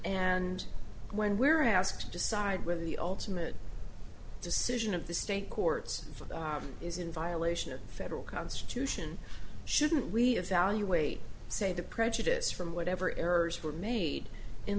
and when we're asked to decide whether the ultimate decision of the state courts is in violation of federal constitution shouldn't we evaluate say the prejudice from whatever errors were made in